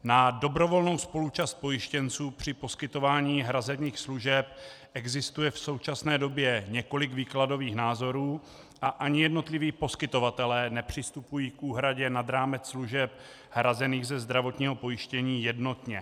Na dobrovolnou spoluúčast pojištěnců při poskytování hrazených služeb existuje v současné době několik výkladových názorů a ani jednotliví poskytovatelé nepřistupují k úhradě nad rámec služeb hrazených ze zdravotního pojištění jednotně.